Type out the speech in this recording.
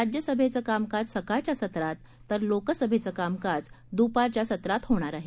राज्यसभेचं कामकाज सकाळच्या सत्रात तर लोकसभेचं कामकाज दुपारच्या सत्रात होणार आहे